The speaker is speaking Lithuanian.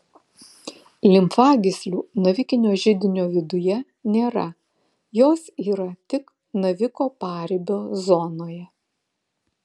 limfagyslių navikinio židinio viduje nėra jos yra tik naviko paribio zonoje